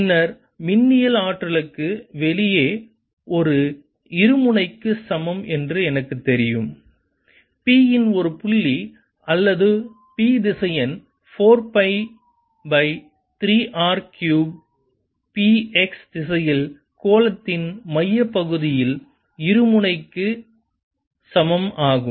பின்னர் மின்னியல் ஆற்றலுக்கு வெளியே ஒரு இருமுனைக்கு சமம் என்று எனக்குத் தெரியும் P இன் ஒரு புள்ளி அல்லது P திசையன் 4 pi by 3 R cube P x திசையில் கோளத்தின் மையப்பகுதியில் இருமுனை இக்கு சமம் ஆகும்